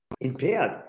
impaired